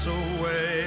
away